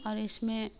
اور اس میں